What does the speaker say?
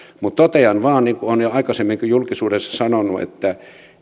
mutta totean vain niin kuin olen jo aikaisemminkin julkisuudessa sanonut että